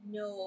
no